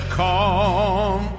calm